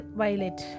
violet